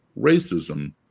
racism